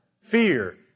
fear